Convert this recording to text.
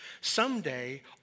someday